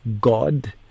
God